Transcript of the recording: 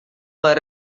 her